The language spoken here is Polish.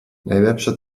najlepsze